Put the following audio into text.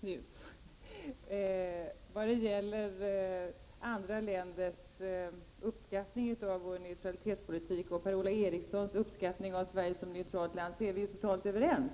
Herr talman! Vad gäller andra länders uppskattning av vår neutralitetspolitik och Per-Ola Erikssons uppskattning av Sverige som neutralt land så är vi totalt överens.